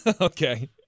okay